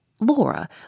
Laura